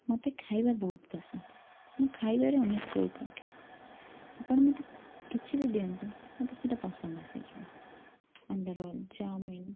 ମତେ ଖାଇବା ବହୁତ ପସନ୍ଦ ମୁଁ ଖାଇବାରେ ଅନେକ ସଉକ ରଖେ ଆପଣ ମତେ କିଛି ବି ଦିଅନ୍ତୁ ମତେ ସେଇଟା ପସନ୍ଦ ଆସିଯିବ ଅଣ୍ଡା ରୋଲ ଚାଓମିନ